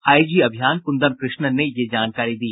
IG अभियान कुंदन कृष्णन ने यह जानकारी दी